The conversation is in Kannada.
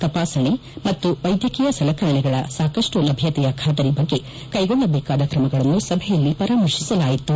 ತಪಾಸಣೆ ಮತ್ತು ವೈದ್ಯಕೀಯ ಸಲಕರಣೆಗಳ ಸಾಕಷ್ಟು ಲಭ್ಯತೆಯ ಖಾತರಿ ಬಗ್ಗೆ ಕೈಗೊಳ್ಳಬೇಕಾದ ತ್ರಮಗಳನ್ನು ಸಭೆಯಲ್ಲಿ ಪರಾಮರ್ತಿಸಲಾಯಿತು